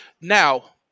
Now